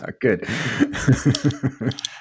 Good